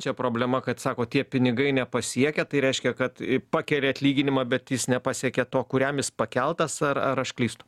čia problema kad sakot tie pinigai nepasiekia tai reiškia kad pakėlia atlyginimą bet jis nepasiekia to kuriam jis pakeltas ar ar aš klystu